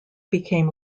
became